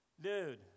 Dude